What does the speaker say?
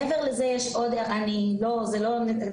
מעבר לזה, יש